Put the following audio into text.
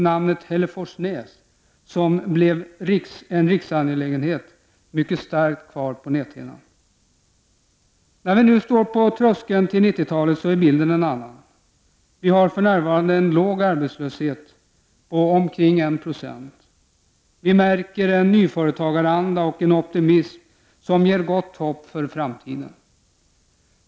namnet Hälleforsnäs, vars problem blev en riksangelägenhet, starkt kvar på näthinnan. När vi nu står på tröskeln till 90-talet är bilden en annan. Vi har för närvarande en låg arbetslöshet, drygt 196. Vi märker en nyföretagaranda och en optimism som ger gott hopp för framtiden.